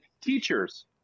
teachers